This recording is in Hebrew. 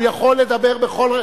הוא יכול לדבר בכל רגע.